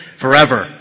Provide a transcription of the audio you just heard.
forever